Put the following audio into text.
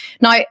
Now